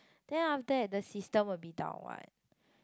then after that the system will be down what